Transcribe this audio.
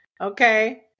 Okay